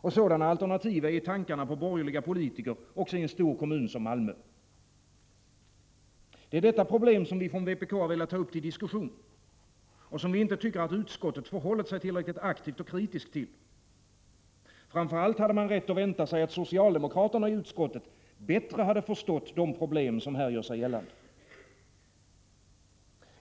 och sådana alternativ är i tankarna hos borgerliga politiker också i en stor kommun som Malmö. Det är detta problem som vi från vpk har velat ta upp till diskussion, och som vi inte tycker att utskottet förhållit sig tillräckligt aktivt och kritiskt till. Framför allt hade man rätt att vänta sig att socialdemokraterna i utskottet bättre hade förstått de problem som här gör sig gällande.